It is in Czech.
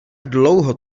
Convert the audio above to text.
dlouho